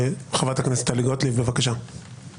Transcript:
חברת הכנסת טלי גוטליב, בבקשה.